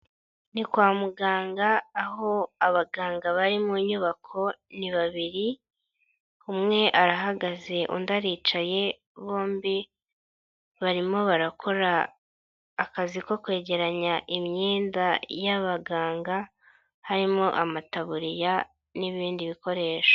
Ni kwa muganga aho abaganga bari mu nyubako ni babiri, umwe arahagaze undi aricaye bombi barimo barakora akazi ko kwegeranya imyenda y'abaganga, harimo amataburiya n'ibindi bikoresho.